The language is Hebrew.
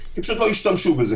כי פשוט לא השתמשו בזה.